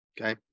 okay